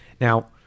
Now